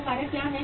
तो कारक क्या हैं